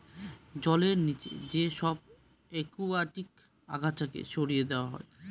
জলের নিচে যে সব একুয়াটিক আগাছাকে সরিয়ে দেওয়া হয়